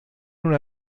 una